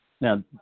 now